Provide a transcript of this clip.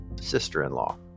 sister-in-law